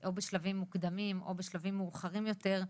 או בשלבים מוקדים או בשלבים מאוחרים יותר.